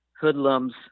hoodlums